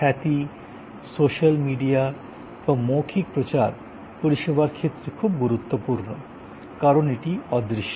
খ্যাতি social media এবং মৌখিক প্রচার পরিষেবার ক্ষেত্রে খুব গুরুত্বপূর্ণ কারণ এটি অদৃশ্য